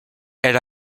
elle